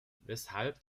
weshalb